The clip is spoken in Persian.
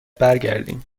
برگردیم